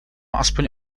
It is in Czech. aspoň